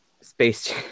Space